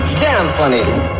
damn funny!